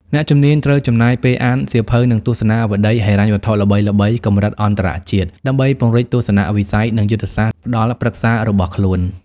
អ្នកជំនាញត្រូវចំណាយពេលអានសៀវភៅ និងទស្សនាវដ្ដីហិរញ្ញវត្ថុល្បីៗកម្រិតអន្តរជាតិ ដើម្បីពង្រីកទស្សនវិស័យ និងយុទ្ធសាស្ត្រផ្ដល់ប្រឹក្សារបស់ខ្លួន។